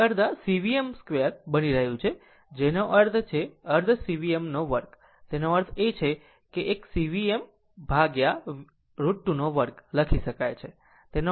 તે અડધા C Vm 2 બની રહ્યું છે તેનો અર્થ છે અર્ધ C Vm 2 આનો અર્થ એ કે આ એક C Vm√ 2 2 લખી શકાય છે